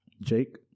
Jake